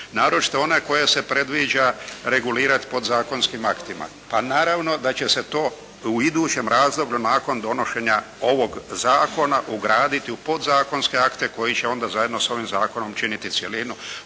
naročito one koja se predviđa regulirati podzakonskim aktima. Pa naravno da će se to u idućem razdoblju nakon donošenja ovog zakona ugraditi u podzakonske akte koji će onda zajedno sa ovim zakonom činiti cjelinu